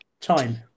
time